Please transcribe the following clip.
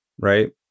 right